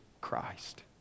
Christ